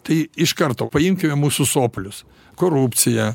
tai iš karto paimkime mūsų sopulius korupciją